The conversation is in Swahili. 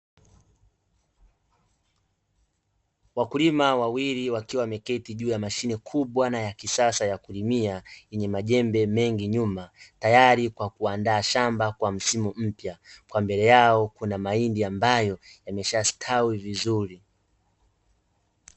Wakulima wawili wakiwa wameketi juu ya mashine kubwa na ya kisasa ya kulimia, yenye majembe mengi nyuma, tayari kwa kuandaa shamba kwa msimu mpya. Kwa mbele yao kuna mahindi ambayo yameshastawi vizuri.